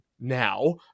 now